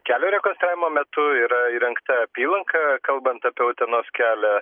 kelio rekonstravimo metu yra įrengta apylanka kalbant apie utenos kelią